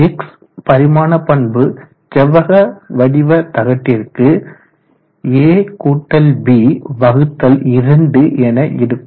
X பரிமாண பண்பு செவ்வக வடிவ தகட்டிற்கு ab2 என இருக்கும்